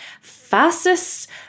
fastest